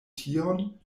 tion